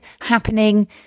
happening